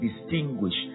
distinguished